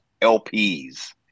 LPs